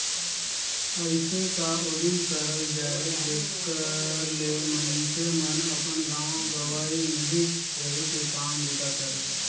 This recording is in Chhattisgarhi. अइसे का उदिम करल जाए जेकर ले मइनसे मन अपन गाँव गंवई में ही रहि के काम बूता करें